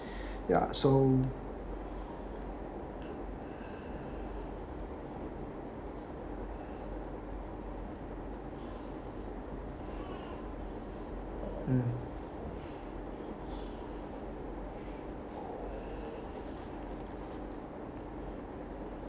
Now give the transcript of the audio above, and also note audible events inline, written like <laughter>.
<breath> ya so mm